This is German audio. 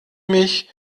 mich